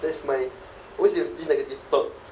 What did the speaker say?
that's my always you have this negative thought